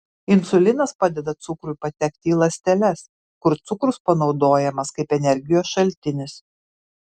insulinas padeda cukrui patekti į ląsteles kur cukrus panaudojamas kaip energijos šaltinis